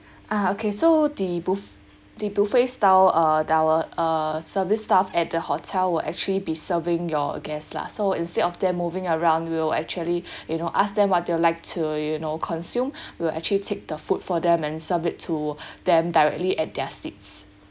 ah okay so the buf~ the buffet style uh that our err service staff at the hotel will actually be serving your guests lah so instead of them moving around we'll actually you know ask them what they'll like to you know consume we'll actually take the food for them and serve it to them directly at their seats